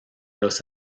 los